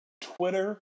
Twitter